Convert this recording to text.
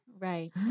Right